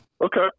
Okay